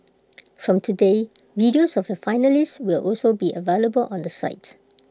from today videos of the finalists will also be available on the site